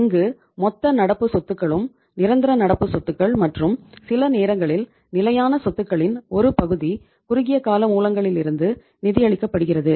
இங்கு மொத்த நடப்பு சொத்துக்களும் நிரந்தர நடப்பு சொத்துக்கள் மற்றும் சில நேரங்களில் நிலையான சொத்துக்களின் ஒரு பகுதி குறுகியகால மூலங்களிலிருந்து நிதி அளிக்கப்படுகிறது